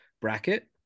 bracket